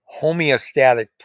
homeostatic